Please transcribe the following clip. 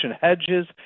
hedges